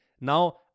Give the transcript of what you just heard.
Now